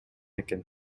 экен